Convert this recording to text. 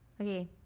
Okay